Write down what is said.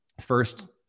first